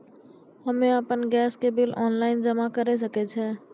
हम्मे आपन गैस के बिल ऑनलाइन जमा करै सकै छौ?